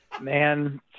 Man